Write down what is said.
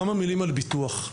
כמה מילים על ביטוח.